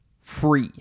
free